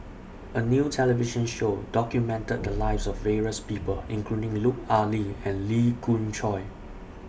A New television Show documented The Lives of various People including Lut Ali and Lee Khoon Choy